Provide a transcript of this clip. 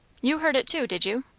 you heard it too, did you?